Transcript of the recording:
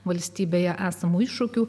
valstybėje esamų iššūkių